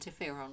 interferon